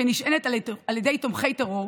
שנשענת על תומכי טרור,